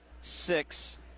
six